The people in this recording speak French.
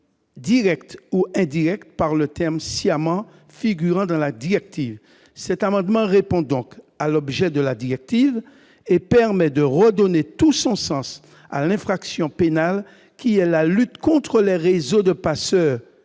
directe ou indirecte » par le terme « sciemment », figurant dans la directive. Cet amendement répond donc à l'objet de la directive et permet de redonner tout son sens à l'infraction pénale, qui vise à lutter contre les réseaux de passeurs